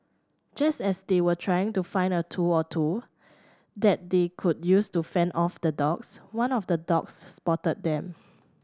just as they were trying to find a tool or two that they could use to fend off the dogs one of the dogs spotted them